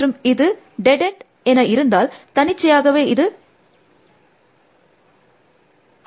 மற்றும் இது ஒரு டெட் என்ட் என இருந்தால் தன்னிச்சையாகவே இது 3029